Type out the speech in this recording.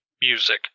music